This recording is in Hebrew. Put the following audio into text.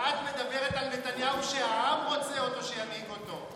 ואת מדברת על נתניהו, שהעם רוצה אותו שינהיג אותו.